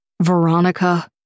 Veronica